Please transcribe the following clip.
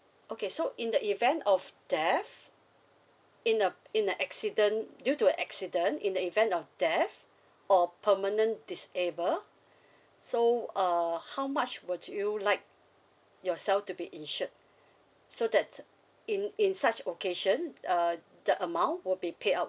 okay so in the event of death in a in a accident due to a accident in the event of death or permanent disable so uh how much would you like yourself to be insured so that's in in such occasion uh the amount would be paid out